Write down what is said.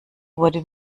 wurde